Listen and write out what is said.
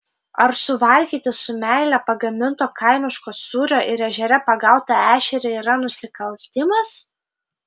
ar suvalgyti su meile pagaminto kaimiško sūrio ir ežere pagautą ešerį yra nusikaltimas